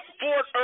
Fort